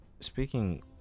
speaking